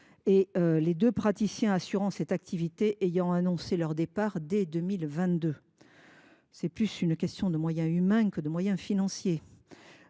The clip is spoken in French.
– les deux praticiens assurant cette activité ont annoncé leur départ dès 2022. Il s’agit donc plus d’une question de moyens humains que de moyens financiers.